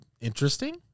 interesting